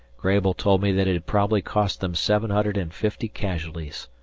grabel told me that it had probably cost them seven hundred and fifty casualties.